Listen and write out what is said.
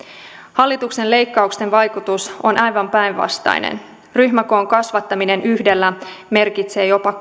hallituksen leikkauksen vaikutus on aivan päinvastainen ryhmäkoon kasvattaminen yhdellä merkitsee jopa